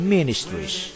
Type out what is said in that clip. Ministries